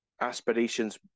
aspirations